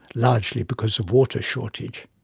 largely because of water shortage.